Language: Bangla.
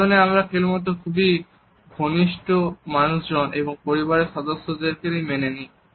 এই জোনে আমরা একমাত্র খুবই ঘনিষ্ঠ মানুষজন এবং পরিবারের সদস্যদের মেনে নিই